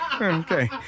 Okay